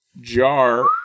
jar